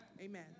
Amen